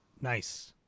Nice